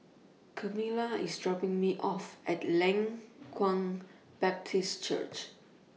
Camilla IS dropping Me off At Leng Kwang Baptist Church